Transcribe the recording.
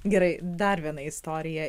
gerai dar viena istorija